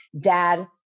dad